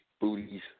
booties